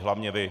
Hlavně vy.